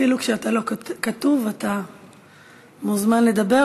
אפילו כשאתה לא כתוב אתה מוזמן לדבר,